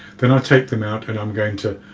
then i'll take them out and i'm going to